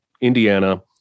Indiana